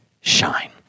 shine